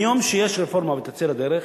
מיום שיש רפורמה והיא תצא לדרך,